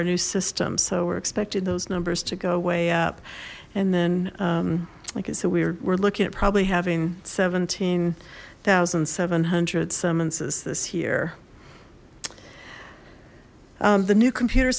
our new system so we're expecting those numbers to go way up and then like i said we're looking at probably having seventeen thousand seven hundred summonses this year the new computer